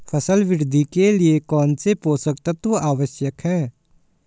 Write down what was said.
फसल वृद्धि के लिए कौनसे पोषक तत्व आवश्यक हैं?